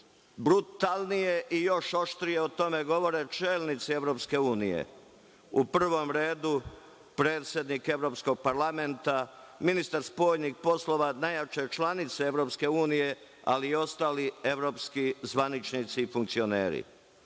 Brutalnije i još oštrije o tome govore čelnici EU, u prvom redu predsednik Evropskog parlamenta, ministar spoljnih poslova najjače članice EU, ali i ostali evropski zvaničnici i funkcioneri. Evropska